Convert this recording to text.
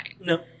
No